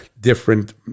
different